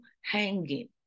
hanging